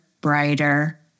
brighter